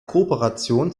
kooperation